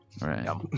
Right